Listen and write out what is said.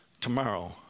Tomorrow